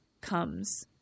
comes